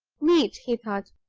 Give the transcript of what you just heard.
neat! he thought.